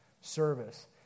service